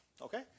Okay